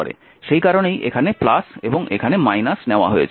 সেই কারনেই এখানে এবং এখানে নেওয়া হয়েছে